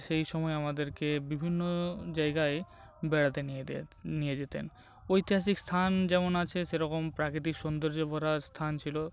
সেই সময় আমাদেরকে বিভিন্ন জায়গায় বেড়াতে নিয়ে যেতে নিয়ে যেতেন ঐতিহাসিক স্থান যেমন আছে সে রকম প্রাকৃতিক সৌন্দর্যে ভরা স্থান ছিল